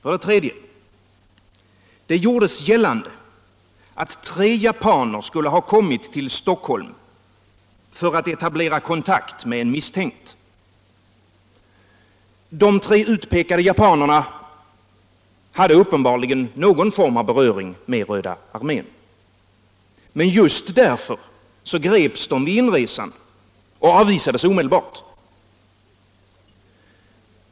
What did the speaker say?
För det tredje: Det gjordes gällande att tre japaner skulle ha kommit till Stockholm för att etablera kontakt med en misstänkt. De tre utpekade japanerna hade uppenbarligen någon form av beröring med Röda armén. Men just därför greps de vid inresan och avvisades omedelbart.